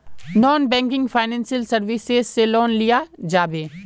Non banking financial services से loan लिया जाबे?